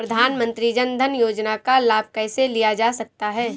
प्रधानमंत्री जनधन योजना का लाभ कैसे लिया जा सकता है?